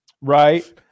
Right